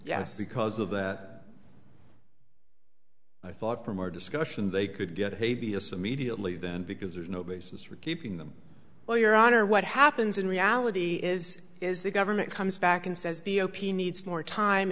yes because of that i thought from our discussion they could get a b s of mediately then because there's no basis for keeping them well your honor what happens in reality is is the government comes back and says b o p needs more time